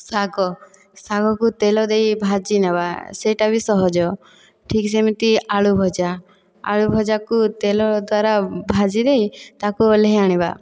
ଶାଗ ଶାଗକୁ ତେଲ ଦେଇ ଭାଜି ନେବା ସେହିଟା ବି ସହଜ ଠିକ୍ ସେମିତି ଆଳୁ ଭଜା ଆଳୁ ଭଜାକୁ ତେଲ ଦ୍ୱାରା ଭାଜି ଦେଇ ତାକୁ ଓଲ୍ହାଇ ଆଣିବା